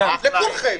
לכולכם.